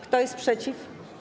Kto jest przeciw?